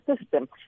system